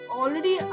already